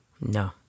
No